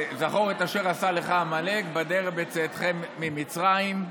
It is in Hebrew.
"זכור את אשר עשה לך עמלק בדרך בצאתכם ממצרים".